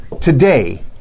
today